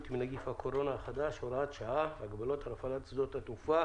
עם נגיף הקורונה החדש (הוראת שעה) (הגבלות על הפעלת שדות תעופה